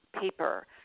paper